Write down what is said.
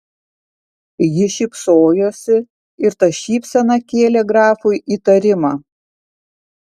ji šypsojosi ir ta šypsena kėlė grafui įtarimą